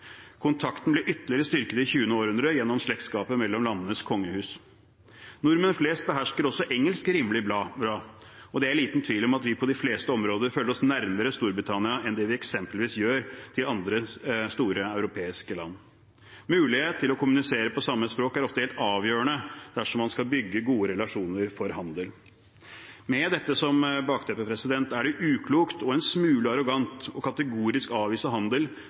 Kontakten ble ytterligere styrket i det 20. århundre gjennom slektskapet mellom landenes kongehus. Nordmenn flest behersker også engelsk rimelig bra, og det er liten tvil om at vi på de fleste områder føler oss nærmere Storbritannia enn eksempelvis andre store europeiske land. Muligheten til å kommunisere på samme språk er ofte helt avgjørende dersom man skal bygge gode relasjoner for handel. Med dette som bakteppe er det uklokt og en smule arrogant kategorisk å avvise handel